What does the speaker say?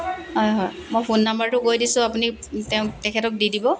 হয় হয় মই ফোন নম্বৰটো কৈ দিছোঁ আপুনি তেওঁক তেখেতক দি দিব